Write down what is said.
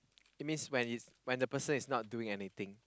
it means when is when the person is not doing anything